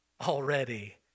already